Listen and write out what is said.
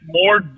more